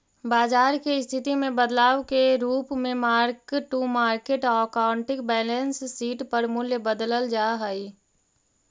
बाजार के स्थिति में बदलाव के रूप में mark to market accounting balance sheet पर मूल्य बदलल जा हई